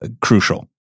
crucial